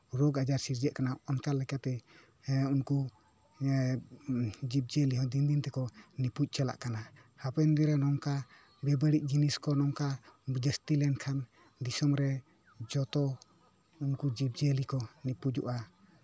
ᱨᱳᱜᱽ ᱟᱡᱟᱨ ᱥᱤᱨᱡᱟᱹᱜ ᱠᱟᱱᱟ ᱚᱱᱠᱟ ᱞᱠᱟᱛᱮ ᱦᱮᱸ ᱩᱱᱠᱩ ᱡᱤᱵᱽ ᱡᱤᱭᱟᱹᱞᱤ ᱦᱚᱸ ᱫᱤᱱ ᱫᱤᱱ ᱛᱮᱠᱚ ᱱᱤᱯᱩᱡ ᱪᱟᱞᱟᱜ ᱠᱟᱱᱟ ᱦᱟᱯᱮᱱ ᱫᱤᱱ ᱨᱮ ᱱᱚᱝᱠᱟ ᱵᱮ ᱵᱟᱹᱲᱤᱡ ᱡᱤᱱᱤᱥ ᱠᱚ ᱱᱚᱝᱠᱟ ᱡᱟᱹᱥᱛᱤ ᱞᱮᱱᱠᱷᱟᱱ ᱫᱤᱥᱚᱢᱨᱮ ᱡᱚᱛᱚ ᱩᱱᱠᱩ ᱡᱤᱵᱽ ᱡᱤᱭᱟᱹᱞᱤ ᱠᱚ ᱱᱤᱯᱩᱡᱚᱜᱼᱟ